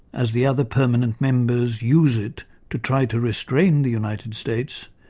as the other permanent members use it to try to restrain the united states,